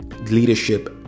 leadership